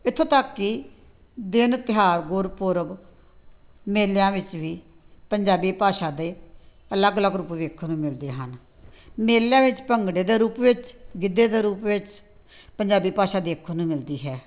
ਇੱਥੋਂ ਤੱਕ ਕਿ ਦਿਨ ਤਿਉਹਾਰ ਗੁਰਪੁਰਬ ਮੇਲਿਆਂ ਵਿੱਚ ਵੀ ਪੰਜਾਬੀ ਭਾਸ਼ਾ ਦੇ ਅਲੱਗ ਅਲੱਗ ਰੂਪ ਵੇਖਣ ਨੂੰ ਮਿਲਦੇ ਹਨ ਮੇਲਿਆਂ ਵਿੱਚ ਭੰਗੜੇ ਦੇ ਰੂਪ ਵਿੱਚ ਗਿੱਧੇ ਦੇ ਰੂਪ ਵਿੱਚ ਪੰਜਾਬੀ ਭਾਸ਼ਾ ਦੇਖਣ ਨੂੰ ਮਿਲਦੀ ਹੈ